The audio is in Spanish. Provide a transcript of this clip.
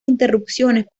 interrupciones